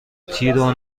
تیرو